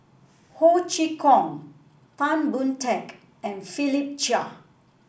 Ho Chee Kong Tan Boon Teik and Philip Chia